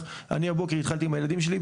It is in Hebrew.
אני הבוקר התחלתי עם הילדים שלי,